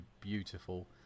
beautiful